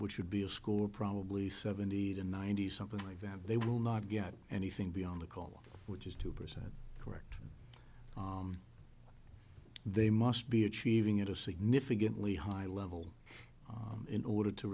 which would be a school probably seventy to ninety something like that they will not get anything beyond the call which is two percent correct they must be achieving at a significantly high level in order to